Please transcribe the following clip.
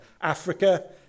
Africa